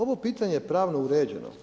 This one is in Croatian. Ovo pitanje je pravno uređeno.